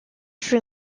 sri